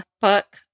book